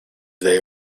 they